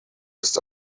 ist